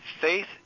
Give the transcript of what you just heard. Faith